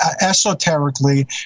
esoterically